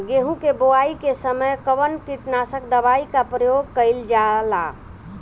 गेहूं के बोआई के समय कवन किटनाशक दवाई का प्रयोग कइल जा ला?